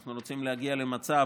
אנחנו רוצים להגיע למצב